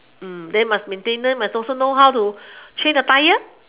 then must maintenance you must also know how to change the tyre